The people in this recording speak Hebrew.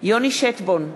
יוני שטבון,